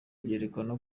byerekana